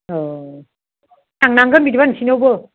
अ थांनांगोन बिदिबा नोंसोरनियावबो